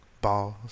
balls